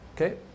Okay